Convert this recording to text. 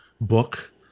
book